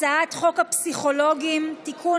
הצעת חוק הפסיכולוגים (תיקון,